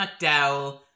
mcdowell